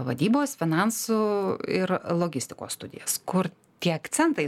vadybos finansų ir logistikos studijas kur tie akcentai